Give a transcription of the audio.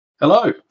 Hello